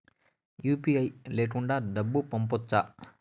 UPI లేకుండా డబ్బు పంపొచ్చా